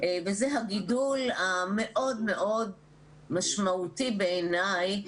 וזה הגידול המאוד מאוד משמעותי בעיניי